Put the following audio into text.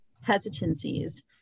hesitancies